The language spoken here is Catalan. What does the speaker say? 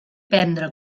prendre